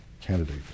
candidate